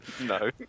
No